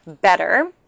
better